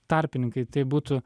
tarpininkai tai būtų